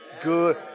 good